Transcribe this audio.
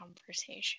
conversation